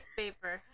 paper